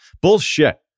Bullshit